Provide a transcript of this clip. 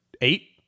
Eight